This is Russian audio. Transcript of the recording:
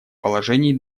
положений